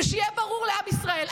שיהיה ברור לעם ישראל,